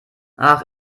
ach